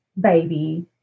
baby